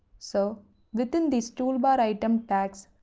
so within this toolbaritem tags,